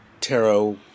tarot